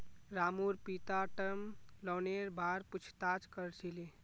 रामूर पिता टर्म लोनेर बार पूछताछ कर छिले